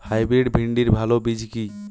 Hybrid ভিন্ডির ভালো বীজ কি?